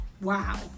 Wow